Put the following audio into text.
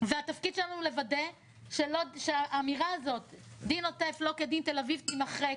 והתפקיד שלנו לוודא שהאמירה הזאת שדין העוטף לא כדין תל אביב תימחק.